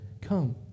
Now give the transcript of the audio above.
come